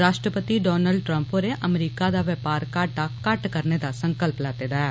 राश्ट्रपति Donald Trump होरें अमरीका दा व्यापार घाटा घट्ट करने दा सकंल्प लैत्ता ऐ